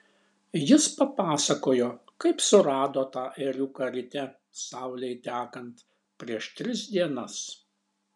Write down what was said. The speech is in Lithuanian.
jis papasakojo kaip surado tą ėriuką ryte saulei tekant prieš tris dienas